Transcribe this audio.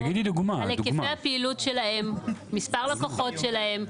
על היקפי הפעילות שלהן או מספר הלקוחות שלהן.